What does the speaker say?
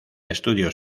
estudios